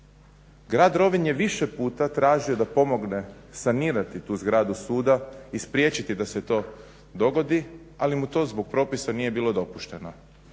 Grad Rovinj je više puta tražio da pomogne sanirati tu zgradu suda i spriječiti da se to dogodi ali mu to zbog propisa nije bilo dopušteno.